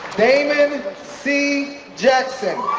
damon c. jackson